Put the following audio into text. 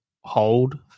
hold